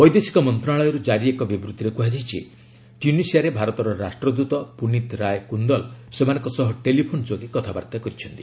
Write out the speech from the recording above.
ବୈଦେଶିକ ମନ୍ତ୍ରଣାଳୟରୁ ଜାରି ଏକ ବିବୃତ୍ତି କୁହାଯାଇଛି ଟ୍ୟୁନିସିଆରେ ଭାରତର ରାଷ୍ଟ୍ରଦୃତ ପୁନୀତ୍ ରାୟ କୁନ୍ଦଲ ସେମାନଙ୍କ ସହ ଟେଲିଫୋନ୍ ଯୋଗେ କଥାବାର୍ତ୍ତା କରିଛନ୍ତି